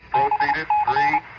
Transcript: i